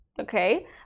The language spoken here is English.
okay